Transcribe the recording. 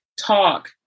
talk